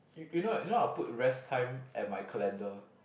you you know you know I'll put rest time at my calendar